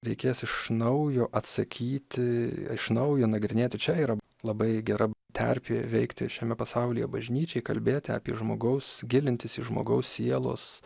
reikės iš naujo atsakyti iš naujo nagrinėti čia yra labai gera terpė veikti šiame pasaulyje bažnyčiai kalbėti apie žmogaus gilintis į žmogaus sielos